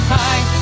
high